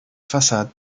façade